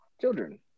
children